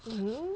mm